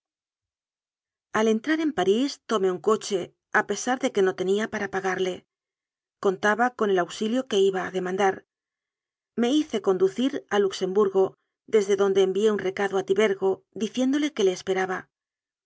al entrar en parís tomé un coche a pesar de que no tenía para pagarle contaba con el auxilio que iba a demandar me hice conducir al luxemburgo desde donde envié recado a tibergo diciéndole que le esperaba